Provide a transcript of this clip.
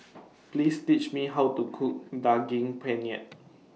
Please Tell Me How to Cook Daging Penyet